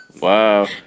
wow